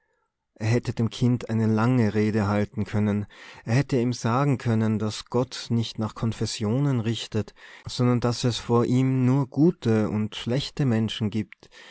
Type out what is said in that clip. er hätte dem kind eine lange rede halten können er hätte ihm sagen können daß gott nicht nach konfessionen richtet sondern daß es vor ihm nur gute und schlechte menschen gibt